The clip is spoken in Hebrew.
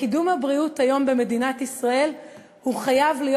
קידום הבריאות היום במדינת ישראל חייב להיות,